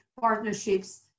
partnerships